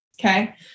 Okay